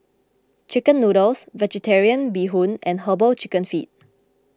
Chicken Noodles Vegetarian Bee Hoon and Herbal Chicken Feet